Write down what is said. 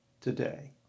today